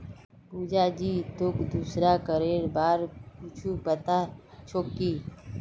पुजा जी, तोक दूसरा करेर बार कुछु पता छोक की